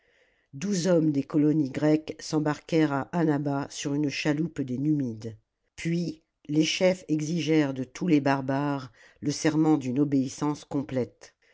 douze hommes des colonies grecques s'embarquèrent à annaba sur une chaloupe des numides puis les chefs exigèrent de tous les barbares le serment d'une obéissance complète